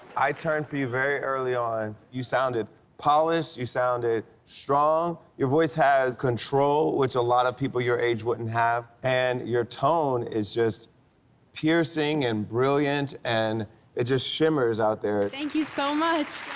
i turned for you very early on. you sounded polished. you sounded strong. your voice has control, which a lot of people your age wouldn't have, and your tone is just piercing and brilliant, and it just shimmers out there thank you so much.